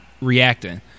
reacting